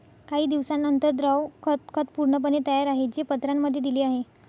काही दिवसांनंतर, द्रव खत खत पूर्णपणे तयार आहे, जे पत्रांमध्ये दिले आहे